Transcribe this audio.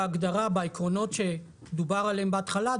בעקרונות שדובר עליהם בהתחלה,